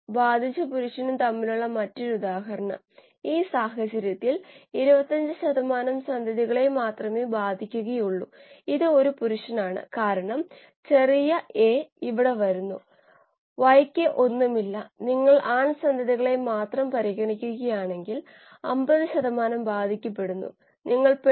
അതിനാൽ e നെ മാറ്റുന്ന നിരക്ക് O2 4 𝑞𝑂x V ഇവിടെ x കോശ സാന്ദ്രതയും V ബയോറിയാക്റ്റർ വ്യാപ്തവും ഒരു ഗ്രാം കോശത്തിലെ മോളിലെ ഓക്സിജന്റെ വർദ്ധനവ് 𝑞𝑂2 ആണ്